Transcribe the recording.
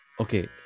Okay